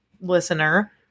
listener